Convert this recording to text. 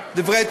למה אתה מתנגד?